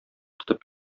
тотып